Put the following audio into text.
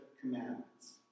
commandments